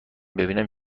ببینم